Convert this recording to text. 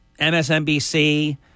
MSNBC